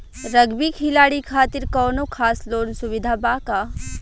Rugby खिलाड़ी खातिर कौनो खास लोन सुविधा बा का?